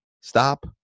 stop